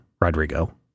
Rodrigo